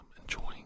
enjoying